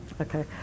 Okay